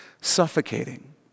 suffocating